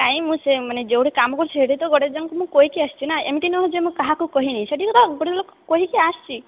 କାଇଁ ମୁଁ ସେ ମାନେ ଯେଉଁଠି କାମ କରୁଛି ସେଇଠି ତ ଗୋଟେ ଜଣଙ୍କୁ ମୁଁ କହିକି ଆସିଛି ନା ଏମିତି ନୁହଁ ଯେ ମୁଁ କାହାକୁ କହିନି ସେଠି ତ ଗୋଟେ ଲୋକକୁ କହିକି ଆସିଛି